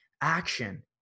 action